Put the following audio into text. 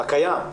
הקיים,